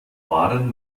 waren